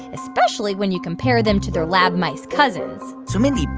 especially when you compare them to their lab mice cousins so, mindy,